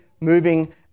moving